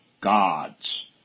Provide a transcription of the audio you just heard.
God's